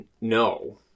No